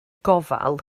gofal